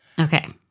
Okay